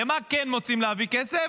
למה כן מוצאים להביא כסף?